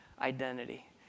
identity